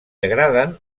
agraden